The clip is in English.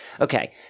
Okay